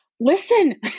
Listen